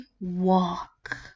walk